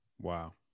Wow